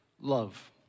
love